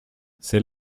ces